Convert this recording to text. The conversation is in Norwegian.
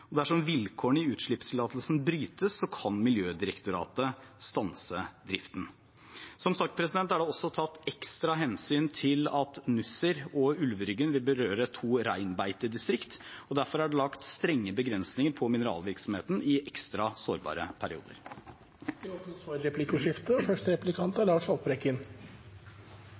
deponiene. Dersom vilkårene i utslippstillatelsene brytes, kan Miljødirektoratet stanse driften. Som sagt er det også tatt ekstra hensyn til at Nussir og Ulveryggen vil berøre to reinbeitedistrikt, og derfor er det lagt strenge begrensninger på mineralvirksomheten i ekstra sårbare perioder. Det blir replikkordskifte. I spørsmålet om deponering av gruveslam i Førdefjorden i Sogn og